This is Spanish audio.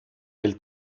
del